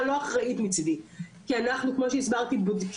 בודקים באופן פרטני כל מקרה לגופו,